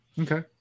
Okay